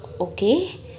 okay